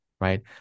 right